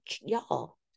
y'all